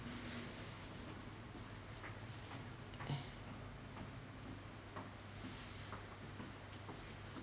eh